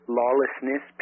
lawlessness